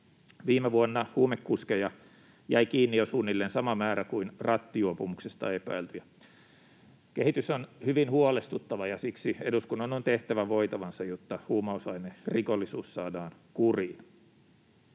Viime vuonna huumekuskeja jäi kiinni jo suunnilleen sama määrä kuin rattijuopumuksesta epäiltyjä. Kehitys on hyvin huolestuttava, ja siksi eduskunnan on tehtävä voitavansa, jotta huumausainerikollisuus saadaan kuriin.